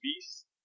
beast